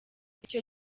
icyo